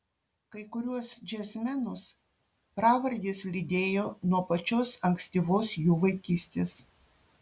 kai kuriuos džiazmenus pravardės lydėjo nuo pačios ankstyvos jų vaikystės